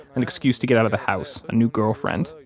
an excuse to get out of the house, a new girlfriend,